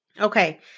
Okay